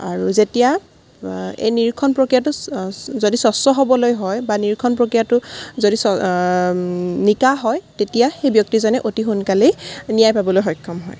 আৰু যেতিয়া এই নিৰীক্ষণ প্ৰক্ৰিয়াটো যদি স্বচ্চ হ'বলৈ হয় বা নিৰীক্ষণ প্ৰক্ৰিয়াটো যদি নিকা হয় তেতিয়া সেই ব্যক্তিজনে অতি সোনকালেই ন্যায় পাবলৈ সক্ষম হয়